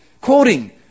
quoting